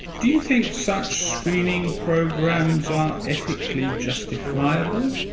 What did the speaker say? do you think such screening programs are ethically justifiable?